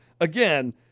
again